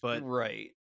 Right